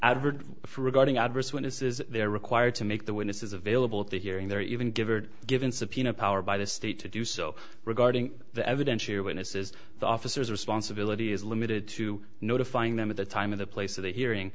advert for regarding adverse witnesses they're required to make the witnesses available at the hearing they're even given or given subpoena power by the state to do so regarding the evidence your witnesses the officers responsibility is limited to notifying them at the time of the place of the hearing